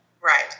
Right